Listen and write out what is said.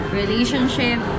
relationship